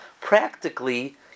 Practically